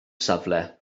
safle